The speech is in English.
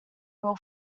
real